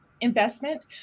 investment